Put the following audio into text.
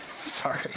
Sorry